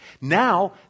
Now